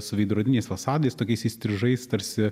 su veidrodiniais fasadais tokiais įstrižais tarsi